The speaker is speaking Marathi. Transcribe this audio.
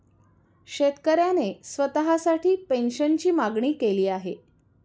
शेतकऱ्याने स्वतःसाठी पेन्शनची मागणी केली आहे